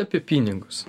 apie pinigus